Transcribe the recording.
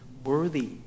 worthy